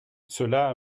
cela